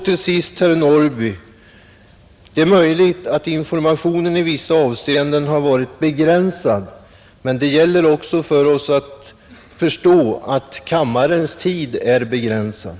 Till sist, herr Norrby i Åkersberga, det är möjligt att informationen i vissa avseenden varit begränsad, men det gäller också för oss att förstå att kammarens tid här är begränsad.